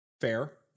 Fair